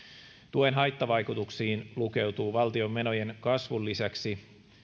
tuen haittavaikutuksiin lukeutuu valtion menojen kasvun lisäksi